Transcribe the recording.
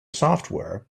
software